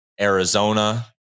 Arizona